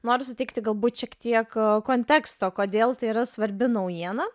noriu suteikti galbūt šiek tiek konteksto kodėl tai yra svarbi naujiena